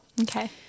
Okay